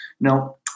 Now